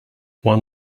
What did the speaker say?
one